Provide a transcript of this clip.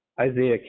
Isaiah